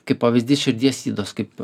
kaip pavyzdys širdies ydos kaip